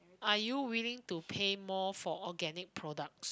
are you willing to pay more for organic products